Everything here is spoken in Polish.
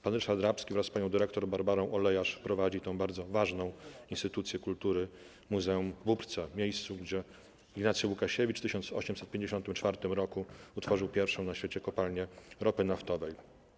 Pan Ryszard Rabski wraz z panią dyrektor Barbara Olejarz prowadzi bardzo ważną instytucję kultury - muzeum w Bóbrce w miejscu, gdzie Ignacy Łukasiewicz w 1854 r. otworzył pierwszą na świecie kopalnię ropy naftowej.